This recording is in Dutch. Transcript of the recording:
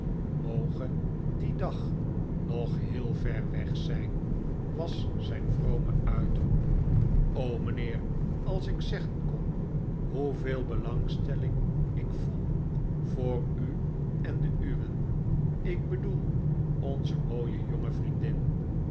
moge die dag nog heel ver weg zijn was zijn vrome uitroep o t mijnheer als ik zeggen kon hoeveel belangstelling ik voel voor u en de uwen ik bedoel onze mooie jonge vriendin